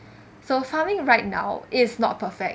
so farming right now is not perfect